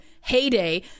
heyday